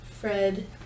Fred